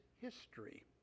history